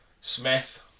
Smith